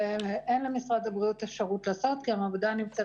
אין למשרד הבריאות אפשרות לעשות כי המעבדה נמצאת